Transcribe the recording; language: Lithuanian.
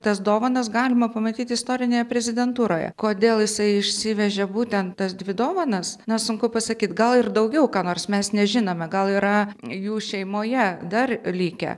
tas dovanas galima pamatyt istorinėje prezidentūroje kodėl jisai išsivežė būtent tas dvi dovanas na sunku pasakyt gal ir daugiau ką nors mes nežinome gal yra jų šeimoje dar likę